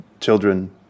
children